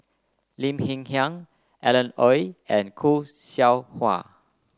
Lim Hng Kiang Alan Oei and Khoo Seow Hwa